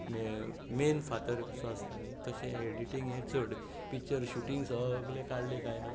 man फातर कसो आसता न्हय तशें एडिटींग हें चड पिक्चर शुटींग सगळें काडलें कांय ना